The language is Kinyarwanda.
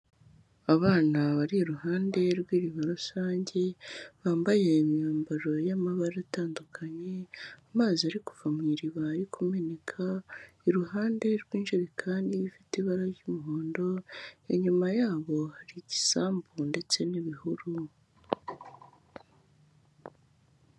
Abana bari iruhande rw'iriba rusange bambaye imyambaro y'amabara atandukanye. Amazi ari kuva mu iriba ari kumeneka, iruhande rw'injerikani ifite ibara ry'umuhondo. Inyuma yabo hari igisambu ndetse n'ibihuru.